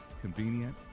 convenient